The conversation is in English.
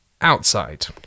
outside